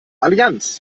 allianz